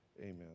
amen